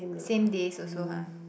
same days also [huh]